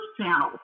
channels